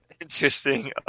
Interesting